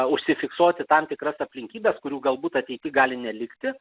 užsifiksuoti tam tikras aplinkybes kurių galbūt ateity gali nelikti